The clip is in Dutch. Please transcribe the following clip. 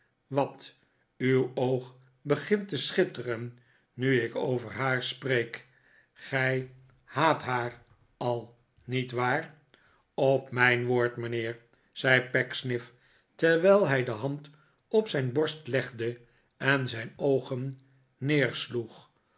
wat uw oog begint te schitteren nu ik over haar spreek gij haat haar al niet waar op mijn woord mijnheer zei pecksniff terwijl hij de hand op zijn borst legde en zijn oogen